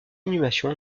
inhumation